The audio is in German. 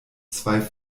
zwei